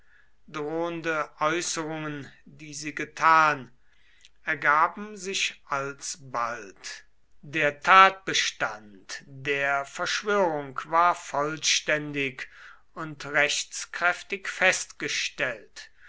äußerungen die sie getan ergaben sich alsbald der tatbestand der verschwörung war vollständig und rechtskräftig festgestellt